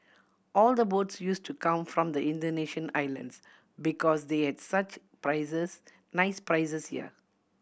all the boats use to come from the Indonesian islands because they had such prizes nice prizes here